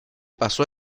pasó